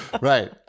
Right